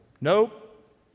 Nope